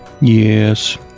Yes